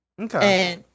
Okay